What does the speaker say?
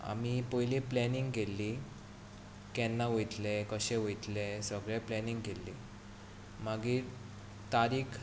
आमी पयलीं प्लेनींग केल्ली केन्ना वयतले कशे वयतले सगलें प्लेनींग केल्ली मागीर तारीक